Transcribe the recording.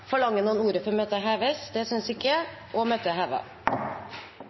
Forlanger noen ordet før møtet heves? – Møtet er